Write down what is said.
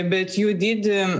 bet jų dydį